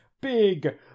Big